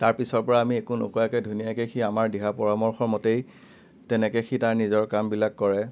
তাৰপিছৰপৰা আমি একো নোকোৱাকৈ ধুনীয়াকৈ সি আমাৰ দিহা পৰামৰ্শ মতেই তেনেকৈ সি তাৰ নিজৰ কামবিলাক কৰে